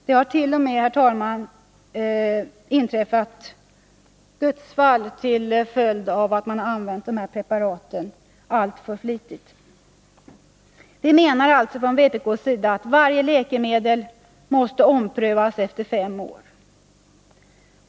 Det har t.o.m., herr talman, inträffat dödsfall till följd av att man har använt de här preparaten alltför flitigt. Vpk menar alltså att varje läkemedelsregistrering måste omprövas efter fem år.